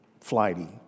flighty